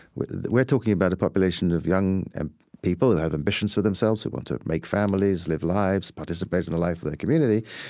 we're we're talking about a population of young and people who have ambitions for themselves, who want to make families, live lives, participate in the life of their community,